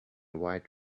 white